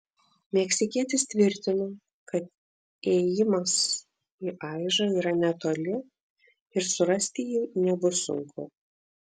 meksikietis tvirtino kad įėjimas į aižą yra netoli ir surasti jį nebus sunku